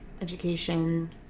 education